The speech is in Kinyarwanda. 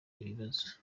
ibibazo